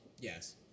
Yes